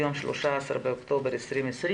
היום 13 באוקטובר 2020,